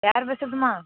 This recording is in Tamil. யார் பேசுகிறதும்மா